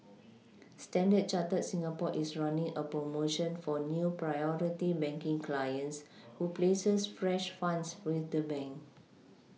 standard Chartered Singapore is running a promotion for new Priority banking clients who places fresh funds with the bank